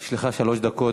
יש לך שלוש דקות.